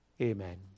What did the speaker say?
Amen